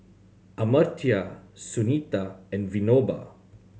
Amartya Sunita and Vinoba